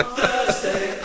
Thursday